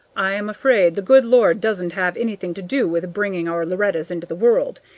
i'm afraid the good lord doesn't have anything to do with bringing our lorettas into the world.